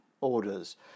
orders